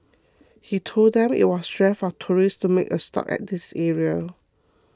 he told them it was rare for tourists to make a stop at this area